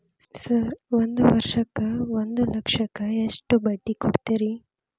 Sir ಒಂದು ವರ್ಷಕ್ಕ ಒಂದು ಲಕ್ಷಕ್ಕ ಎಷ್ಟು ಬಡ್ಡಿ ಕೊಡ್ತೇರಿ?